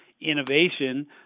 innovation